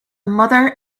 mother